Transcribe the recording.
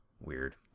weird